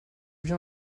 bien